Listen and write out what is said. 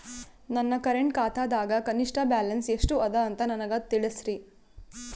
ನನ್ನ ಕರೆಂಟ್ ಖಾತಾದಾಗ ಕನಿಷ್ಠ ಬ್ಯಾಲೆನ್ಸ್ ಎಷ್ಟು ಅದ ಅಂತ ನನಗ ತಿಳಸ್ರಿ